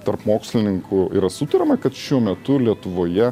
tarp mokslininkų yra sutariama kad šiuo metu lietuvoje